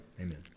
Amen